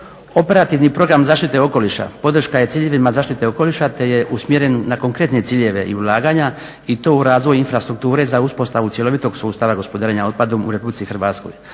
Operativni program zaštite okoliša podrška je ciljevima zaštite okoliša te je usmjeren na konkretne ciljeve i ulaganja i to u razvoj infrastrukture za uspostavu cjelovitog sustava gospodarenja otpadom u RH za